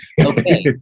Okay